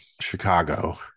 chicago